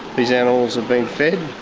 these animals have been fed,